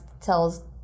tells